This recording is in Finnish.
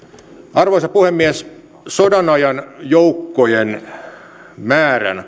arvoisa puhemies sodanajan joukkojen määrän